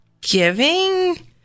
giving